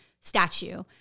statue